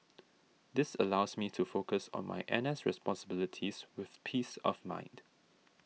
this allows me to focus on my N S responsibilities with peace of mind